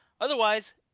Otherwise